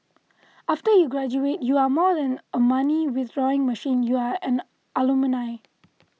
after you graduate you are more than a money withdrawing machine you are an alumni